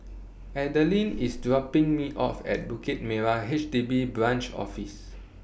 Adalynn IS dropping Me off At Bukit Merah H D B Branch Office